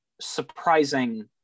surprising